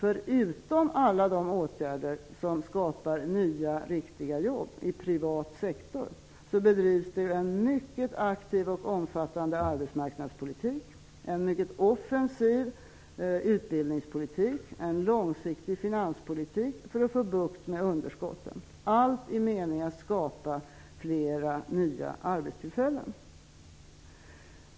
Utom alla de åtgärder som skapar nya riktiga jobb i privat sektor, bedrivs det en mycket aktiv och omfattande arbetsmarknadspolitik, en mycket offensiv utbildningspolitik och en långsiktig finanspolitik för att få bukt med underskotten, allt i mening att skapa fler nya arbetstillfällen.